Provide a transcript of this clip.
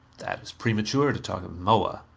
that is premature, to talk of moa.